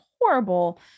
horrible